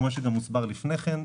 כמו שגם הוסבר לפני כן,